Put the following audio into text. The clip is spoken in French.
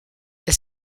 est